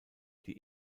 die